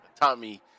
Tommy